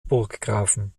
burggrafen